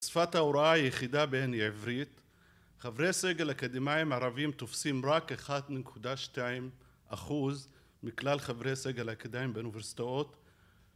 שפת ההוראה היחידה בהן היא עברית, חברי סגל אקדמאיים ערבים תופסים רק 1.2 אחוז מכלל חברי סגל אקדמאיים באוניברסיטאות